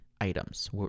items